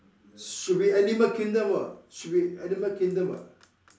should be animal kingdom [what] should be animal kingdom [what]